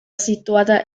situada